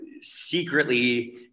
secretly